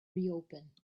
reopen